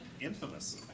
Infamous